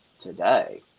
today